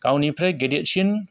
गावनिफ्राय गिदिदसिन